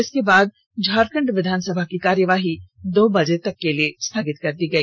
इसके बाद झारखंड विधानसभा की कार्यवाही दो बजे तक के लिए स्थगित कर दी गई